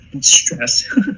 stress